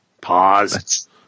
pause